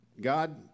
God